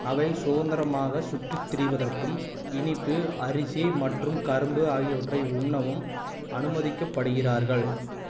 அவை சுதந்திரமாக சுற்றித் திரிவதற்கும் இனிப்பு அரிசி மற்றும் கரும்பு ஆகியவற்றை உண்ணவும் அனுமதிக்கப்படுகிறார்கள்